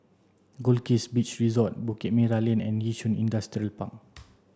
Goldkist Beach Resort Bukit Merah Lane and Yishun Industrial Park